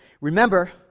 Remember